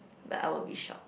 like I will be shock